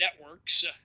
networks